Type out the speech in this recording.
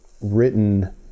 written